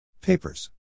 Papers